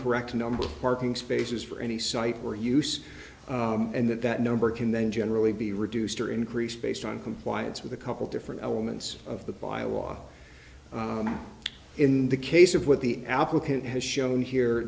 correct number of parking spaces for any site for use and that that number can then generally be reduced or increased based on compliance with a couple different elements of the byelaw in the case of what the applicant has shown here